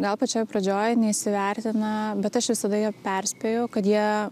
gal pačioj pradžioj neįsivertina bet aš visada jie perspėju kad jie